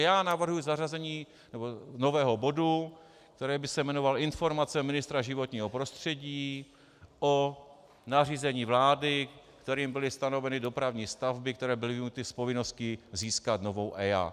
Já navrhuji zařazení nového bodu, který by se jmenoval Informace ministra životního prostředí o nařízení vlády, kterým byly stanoveny dopravní stavby, které byly vyjmuty z povinnosti získat novou EIA.